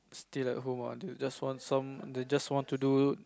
still at home ah they just want some they just want to do